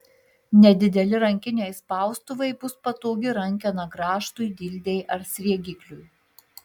nedideli rankiniai spaustuvai bus patogi rankena grąžtui dildei ar sriegikliui